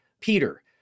Peter